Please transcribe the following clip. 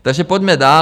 Takže pojďme dál.